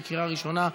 בקריאה ראשונה.